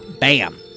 Bam